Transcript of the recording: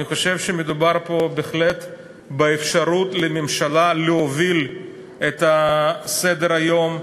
אני חושב שמדובר פה בהחלט באפשרות לממשלה להוביל את סדר-היום,